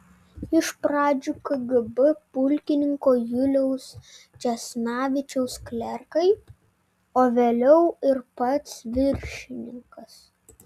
iš pradžių kgb pulkininko juliaus česnavičiaus klerkai o vėliau ir pats viršininkas